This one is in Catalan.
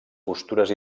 postures